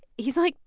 he's like,